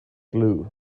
glue